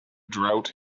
drought